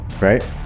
Right